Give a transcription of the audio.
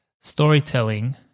storytelling